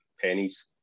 pennies